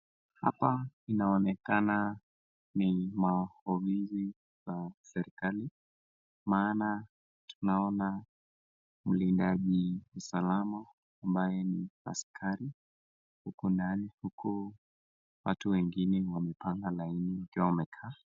Hapa inaonekana ni maofisi za serikali maana tunaona mlindaji usalama ambaye ni askari huko ndani huku watu wengine wamepanga laini wakiwa wamekaa.